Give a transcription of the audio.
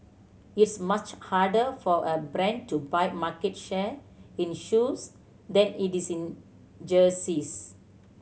it's much harder for a brand to buy market share in shoes than it is in jerseys